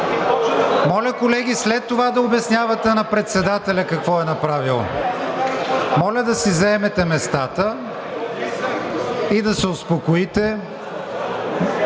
Моля, колеги, след това да обяснявате на председателя какво е направил. Моля да си заемете местата и да се успокоите.